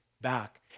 Back